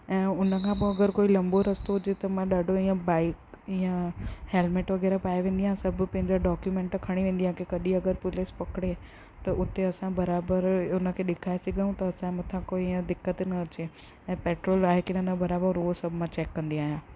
ऐं हुन खां पोइ अगरि कोई लंबो रस्तो हुजे त मां ॾाढो इअं बाइक इअं हेलमेट वग़ैरह पाए वेंदी आहियां सभु पंहिंजा डॉक्यूमेंट खणी वेंदी आहियां की कॾहिं अगरि पुलिस पकिड़े त उते असां बराबरि हुनखे ॾेखारे सघूं त असांजे मथां कोई इअं दिक़त न अचे ऐं पेट्रोल आहे की न न बराबरि उहो सभु मां चेक कंदी आहियां